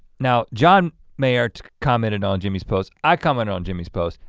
now john mayer commented on jimmy's post. i comment on jimmy's post.